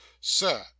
Sir